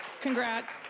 Congrats